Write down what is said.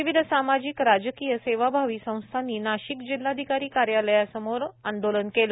विविध सामाजिक राजकीय सेवाभावी संस्थांनी नाशिक जिल्हाधिकारी कार्यालयासमोर आंदोलन केलं